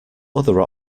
other